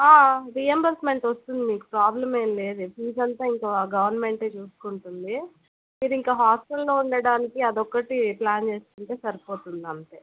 reimbursement వస్తుంది మీకు problem ఏమి లేదు ఫీజు అంతా ఇంకా గవర్నమెంట్ ఏ చూసుకుంటుంది మీరు ఇంక హాస్టల్లో ఉండడానికి అది ఒక్కటి ప్లాన్ చేసుకుంటే సరిపోతుంది అంతే